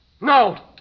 No